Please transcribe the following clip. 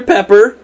Pepper